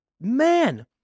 Man